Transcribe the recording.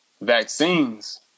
vaccines